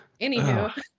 Anywho